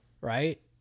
Right